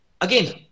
again